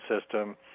system